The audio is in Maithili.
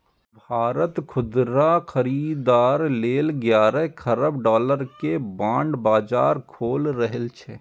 भारत खुदरा खरीदार लेल ग्यारह खरब डॉलर के बांड बाजार खोलि रहल छै